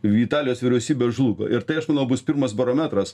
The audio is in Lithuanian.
vitalijos vyriausybė žlugo ir tai aš manau bus pirmas barometras